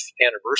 anniversary